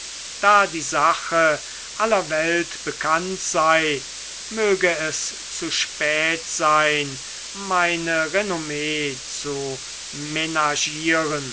da die sache aller welt bekannt sei möge es zu spät sein meine renomme zu